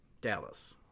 Dallas